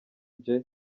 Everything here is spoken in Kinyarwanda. gen